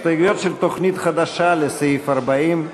הסתייגויות של תוכנית חדשה לסעיף 41